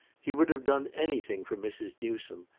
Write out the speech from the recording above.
he would have done anything for mrs. newsome,